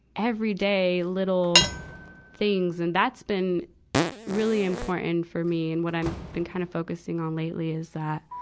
everyday little things. and that's been really important for me. and what i've been kind of focusing on lately is that,